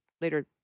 later